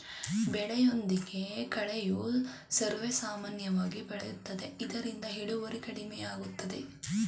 ಬೆಳೆಯೊಂದಿಗೆ ಕಳೆಯು ಸರ್ವೇಸಾಮಾನ್ಯವಾಗಿ ಬೆಳೆಯುತ್ತದೆ ಇದರಿಂದ ಇಳುವರಿ ಕಡಿಮೆಯಾಗುತ್ತದೆ